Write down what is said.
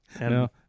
No